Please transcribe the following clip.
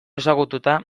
ezagututa